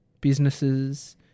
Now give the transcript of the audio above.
businesses